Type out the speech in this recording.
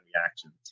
reactions